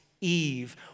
Eve